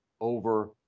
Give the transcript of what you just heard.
over